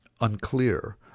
unclear